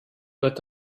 wird